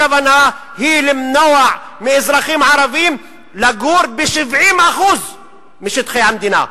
הכוונה היא למנוע מאזרחים ערבים לגור ב-70% משטחי המדינה.